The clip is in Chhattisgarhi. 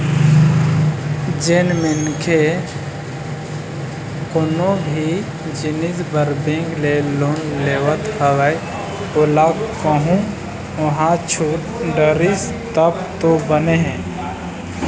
जेन मनखे कोनो भी जिनिस बर बेंक ले लोन लेवत हवय ओला कहूँ ओहा छूट डरिस तब तो बने हे